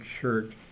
shirt